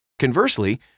Conversely